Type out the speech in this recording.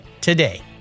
today